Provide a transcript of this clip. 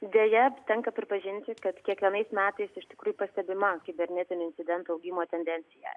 deja tenka pripažinti kad kiekvienais metais iš tikrųjų pastebima kibernetinių incidentų augimo tendencija